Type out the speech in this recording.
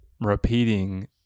repeating